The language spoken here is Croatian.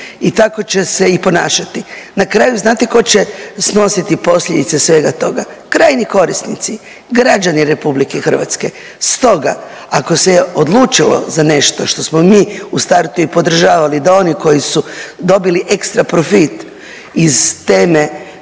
i tako će se i ponašati. Na kraju, znate tko će snositi posljedice svega toga? Krajnji korisnici, građani RH. Stoga, ako se odlučilo za nešto što smo mi u startu i podržavali da oni koji su dobili ekstraprofit iz teme